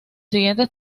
siguientes